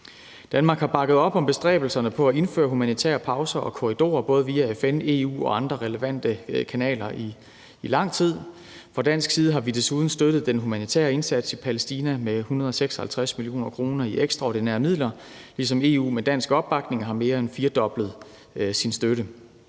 lang tid bakket op om bestræbelserne på at indføre humanitære pauser og korridorer via både FN, EU og andre relevante kanaler. Fra dansk side har vi desuden støttet den humanitære indsats i Palæstina med 156 mio. kr. i ekstraordinære midler, ligesom EU med dansk opbakning har mere end firdoblet sin støtte.